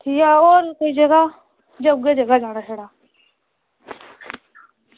जां कुदै होर जगह जां छड़ी उऐ जगह